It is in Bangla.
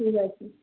ঠিক আছে